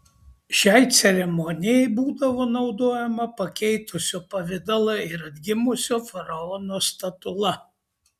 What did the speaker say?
šiai ceremonijai būdavo naudojama pakeitusio pavidalą ir atgimusio faraono statula